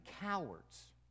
cowards